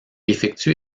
effectue